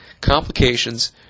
complications